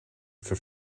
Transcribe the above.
for